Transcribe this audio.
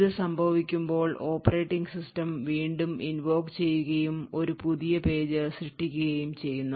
ഇത് സംഭവിക്കുമ്പോൾ operating system വീണ്ടും invoke ചെയ്യുകയും ഒരു പുതിയ പേജ് സൃഷ്ടിക്കുകയും ചെയ്യുന്നു